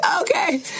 okay